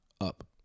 up